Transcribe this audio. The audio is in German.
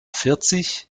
vierzig